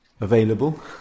available